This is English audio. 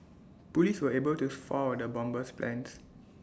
Police were able to foil the bomber's plans